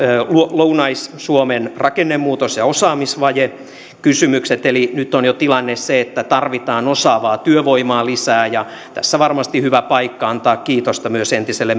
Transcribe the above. lounais suomen rakennemuutos ja osaamisvajekysymykset eli nyt on jo tilanne se että tarvitaan osaavaa työvoimaa lisää tässä varmasti on hyvä paikka antaa kiitosta myös entiselle